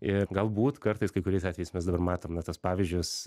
ir galbūt kartais kai kuriais atvejais mes dabar matome tuos pavyzdžius